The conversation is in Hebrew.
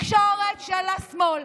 התקשורת של השמאל,